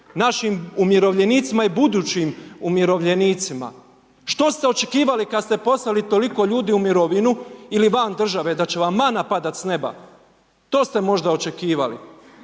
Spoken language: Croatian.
Našim umirovljenicima i budućim umirovljenicima. Što ste očekivali kad ste poslali toliko ljudi u mirovinu ili van države, da će vam mana padat s neba? To ste možda očekivali,